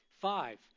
Five